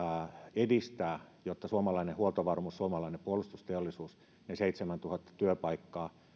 edistää sitä että suomalainen huoltovarmuus suomalainen puolustusteollisuus ne seitsemäntuhatta työpaikkaa